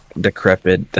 decrepit